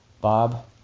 Bob